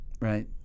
right